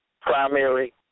primary